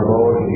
Lord